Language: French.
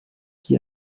qui